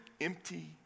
empty